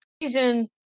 Asian